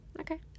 Okay